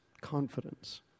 confidence